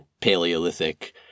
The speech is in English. paleolithic –